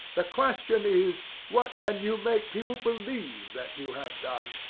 the question is, what can you make people believe that you have done.